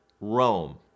Rome